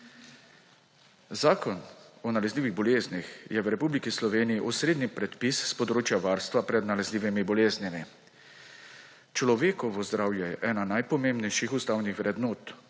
Zakon o nalezljivih boleznih je v Republiki Sloveniji osrednji predpis s področja varstva pred nalezljivimi boleznimi. Človekovo zdravje je ena najpomembnejših ustavnih vrednot,